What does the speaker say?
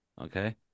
okay